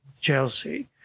Chelsea